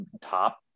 top